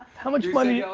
how much money. yeah